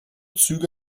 züge